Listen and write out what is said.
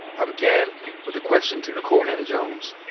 i began with a question to nicole hannah-jones.